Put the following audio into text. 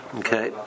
okay